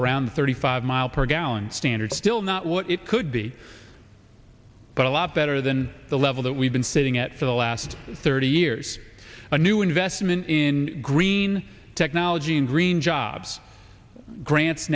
around thirty five mile per gallon standard still not what it could be but a lot better than the level that we've been sitting at for the last thirty years a new investment in green technology and green jobs grants